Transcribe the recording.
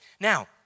Now